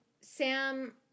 Sam